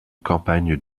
campagne